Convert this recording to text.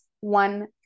one